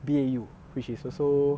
B_A_U which is also